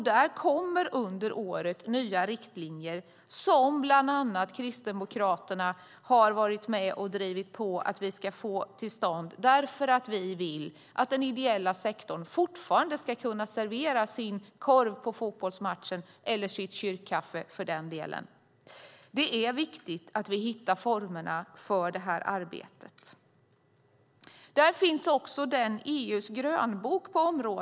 Där kommer under året nya riktlinjer, något som bland annat Kristdemokraterna drivit på. Vi vill att den ideella sektorn fortfarande ska kunna servera sin korv på fotbollsmatchen eller, för den delen, sitt kyrkkaffe. Det är viktigt att vi hittar formerna för det arbetet. På det området finns även EU:s grönbok.